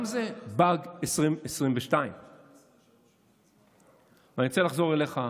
גם זה באג 2022. אני רוצה לחזור אליך,